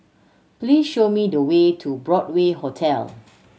please show me the way to Broadway Hotel